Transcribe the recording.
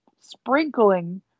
sprinkling